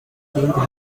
siguientes